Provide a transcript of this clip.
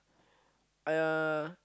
uh